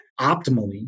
optimally